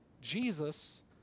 Jesus